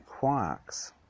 quarks